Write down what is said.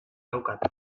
daukat